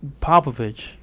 Popovich